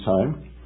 time